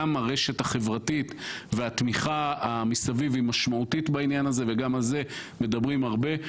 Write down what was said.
גם הרשת החברתית התמיכה מסביב היא משמעותית וגם על זה מדברים הרבה.